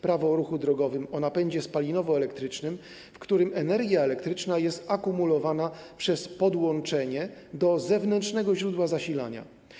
Prawo o ruchu drogowym o napędzie spalinowo-elektrycznym, w którym energia elektryczna jest akumulowana przez podłączenie do zewnętrznego źródła zasilania.